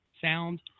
sound